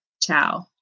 Ciao